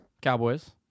Cowboys